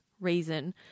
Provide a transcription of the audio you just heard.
reason